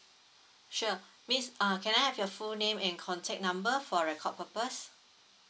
sure miss uh can I have your full name and contact number for record purpose